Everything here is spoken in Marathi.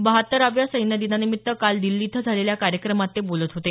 बहात्तराव्या सैन्यदिनानिमित्त काल दिल्ली इथं झालेल्या कार्यक्रमात ते बोलत होते